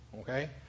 Okay